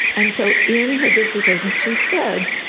and so in her dissertation she said,